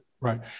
Right